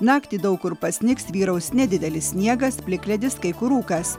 naktį daug kur pasnigs vyraus nedidelis sniegas plikledis kai kur rūkas